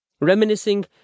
Reminiscing